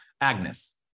Agnes